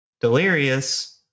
Delirious